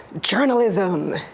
journalism